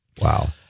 Wow